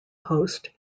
host